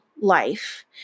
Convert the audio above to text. life